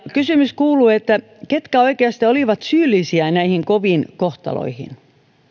kysymys kuuluu ketkä oikeastaan olivat syyllisiä näihin koviin kohtaloihin